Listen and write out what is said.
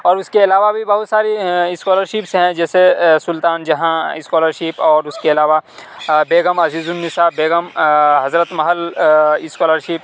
اور اُس کے علاوہ بھی بہت ساری اسکالر شپس ہیں جیسے سُلطان جہاں اسکالر شپ اور اُس کے علاوہ بیگم عزیزالنساء بیگم حضرت محل اسکالر شپ